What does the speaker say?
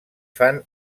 fan